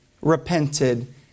repented